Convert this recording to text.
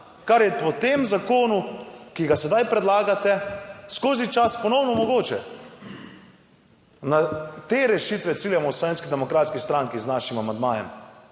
kar je v tem zakonu, ki ga sedaj predlagate skozi čas ponovno mogoče. Na te rešitve ciljamo v Slovenski demokratski stranki z našim amandmajem.